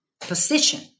position